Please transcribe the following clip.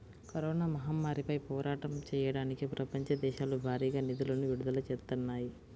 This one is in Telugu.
కరోనా మహమ్మారిపై పోరాటం చెయ్యడానికి ప్రపంచ దేశాలు భారీగా నిధులను విడుదల చేత్తన్నాయి